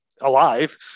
alive